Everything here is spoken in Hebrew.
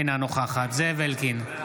אינה נוכחת זאב אלקין,